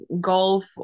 golf